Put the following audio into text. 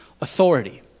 authority